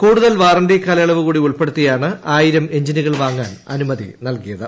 കൂടുതൽ വാറന്റി കാലയളവ് കൂടി ഉൾപ്പെടുത്തിയാണ് ആയിരം എൻജിനുകൾ വാങ്ങാൻ അനുമതി നൽകിയത്